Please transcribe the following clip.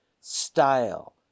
style